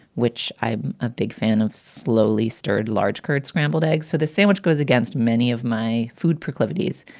which i'm a big fan of, slowly started large curd, scrambled eggs. so the sandwich goes against many of my food proclivities.